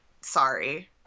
sorry